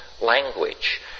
language